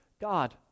God